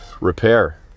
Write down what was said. repair